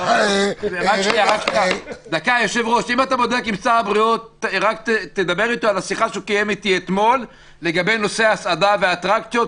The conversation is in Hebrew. תדבר איתו על השיחה שהוא קיים איתי אתמול לגבי נושא ההסעדה והאטרקציות,